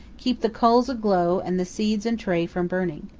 keep the coals aglow and the seeds and tray from burning.